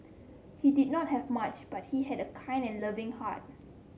he did not have much but he had a kind and loving heart